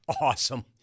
Awesome